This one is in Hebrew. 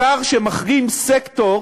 שר שמחרים סקטור